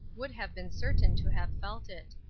would have been certain to have felt it.